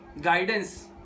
guidance